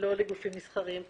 לא לגופים מסחריים כמובן,